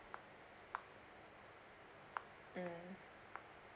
mm